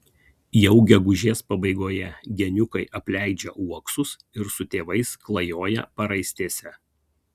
jau gegužės pabaigoje geniukai apleidžia uoksus ir su tėvais klajoja paraistėse